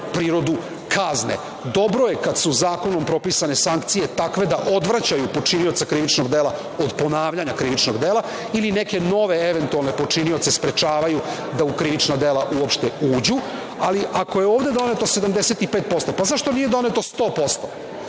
prirodu kazne. Dobro je kada su zakonom propisane sankcije takve da odvraćaju počinioca krivičnog dela od ponavljanja krivičnog dela ili neke nove eventualne počinioce sprečavaju da u krivična dela uopšte uđu, ali ako je ovde doneto 75%, zašto nije doneto 100%?